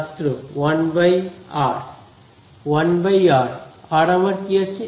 ছাত্র one by R one by R আর আমার কি আছে